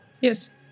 Yes